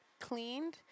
cleaned